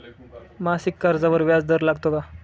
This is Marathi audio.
मासिक कर्जावर व्याज दर लागतो का?